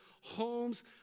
homes